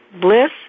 Bliss